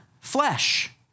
Flesh